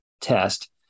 test